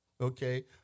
okay